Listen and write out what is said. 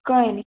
कळ्ळें न्ही